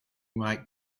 might